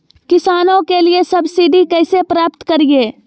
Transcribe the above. किसानों के लिए सब्सिडी कैसे प्राप्त करिये?